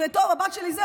טוב, הבת שלי זה.